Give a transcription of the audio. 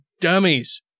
dummies